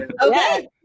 okay